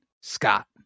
Scott